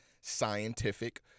scientific